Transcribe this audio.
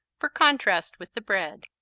for contrast with the bread.